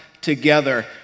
together